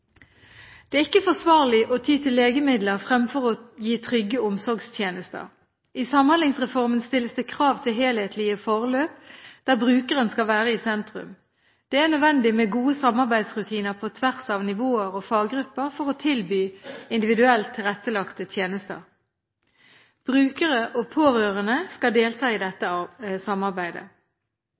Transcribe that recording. Det er ikke forsvarlig å ty til legemidler fremfor å gi trygge omsorgstjenester. I Samhandlingsreformen stilles det krav til helhetlige forløp der brukeren skal være i sentrum. Det er nødvendig med gode samarbeidsrutiner på tvers av nivåer og faggrupper for å tilby individuelt tilrettelagte tjenester. Brukere og pårørende skal delta i dette samarbeidet.